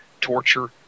torture